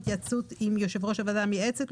בהתייעצות עם יושב ראש הוועדה המייעצת,